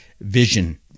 vision